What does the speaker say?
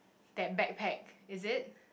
that backpack is it